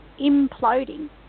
imploding